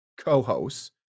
co-hosts